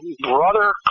brother